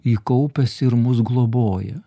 ji kaupiasi ir mus globoja